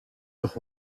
toch